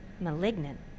Malignant